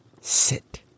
sit